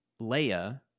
leia